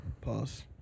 pause